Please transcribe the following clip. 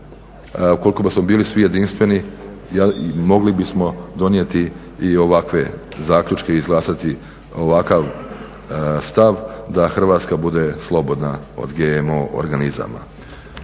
ukoliko smo bili svi jedinstveni mogli bismo donijeti i ovakve zaključke, izglasati ovakav stav da Hrvatska bude slobodna od GMO organizama.